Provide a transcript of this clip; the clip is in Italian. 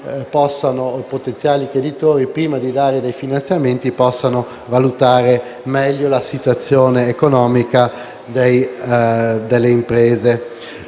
potenziali creditori, prima di dare dei finanziamenti, possano valutare meglio la situazione economica delle imprese.